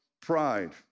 pride